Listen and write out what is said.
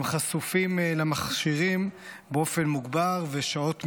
הם חשופים למכשירים באופן מוגבר ושעות ממושכות.